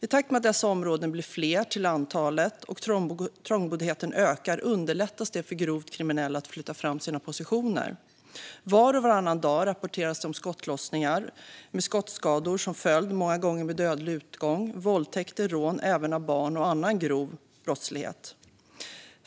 I takt med att dessa områden blir fler till antalet och trångboddheten ökar underlättas det för grovt kriminella att flytta fram sina positioner. Var och varannan dag rapporteras det om skottlossningar med skottskador som följd, många gånger med dödlig utgång, våldtäkter, rån - även av barn - och annan grov brottslighet.